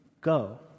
go